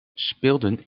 speelden